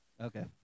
Okay